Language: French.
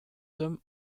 hommes